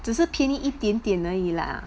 只是便宜一点点而已啦